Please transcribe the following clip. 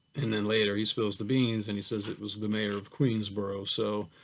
and then later he spills the beans and he says it was the mayor of queensboro so,